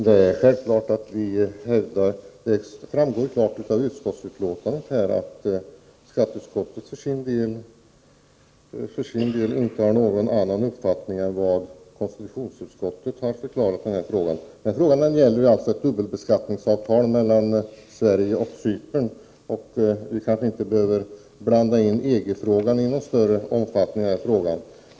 Herr talman! Det framgår klart av utskottsbetänkandet att skatteutskottet för sin del inte har någon annan uppfattning i denna fråga än den som konstitutionsutskottet har uttalat. Frågan gäller alltså ett dubbelbeskattningsavtal mellan Sverige och Cypern, och vi kanske inte behöver blanda in EG-frågan i någon större omfattning.